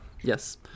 Yes